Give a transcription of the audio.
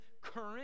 current